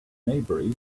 maybury